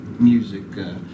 music